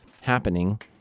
happening